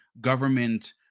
government